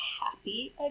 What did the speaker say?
happy